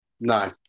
No